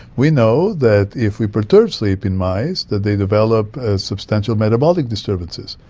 we know that if we perturb sleep in mice that they develop substantial metabolic disturbances.